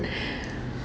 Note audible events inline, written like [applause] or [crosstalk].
[breath]